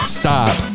stop